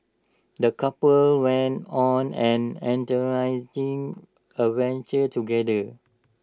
the couple went on an adventure together